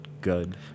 good